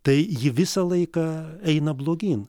tai ji visą laiką eina blogyn